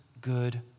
good